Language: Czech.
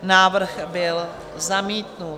Návrh byl zamítnut.